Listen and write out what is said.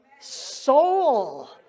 soul